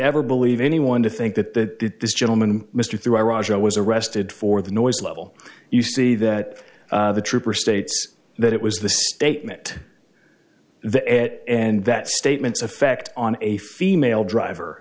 ever believe anyone to think that this gentleman mr through roger was arrested for the noise level you see that the trooper states that it was the statement and that statement's effect on a female driver